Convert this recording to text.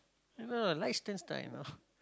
no Liechtenstein you know